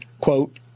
quote